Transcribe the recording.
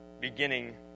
beginning